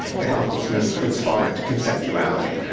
the helplessness of its fall into conceptuality.